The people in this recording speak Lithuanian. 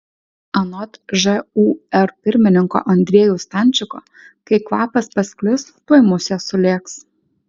anot žūr pirmininko andriejaus stančiko kai kvapas pasklis tuoj musės sulėks